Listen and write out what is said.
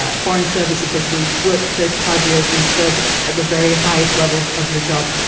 ah foreign service official who's worked for thirty five years and served at the very highest levels of your job.